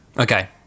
Okay